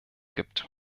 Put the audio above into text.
gibt